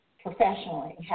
professionally